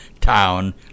town